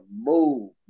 move